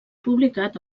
publicat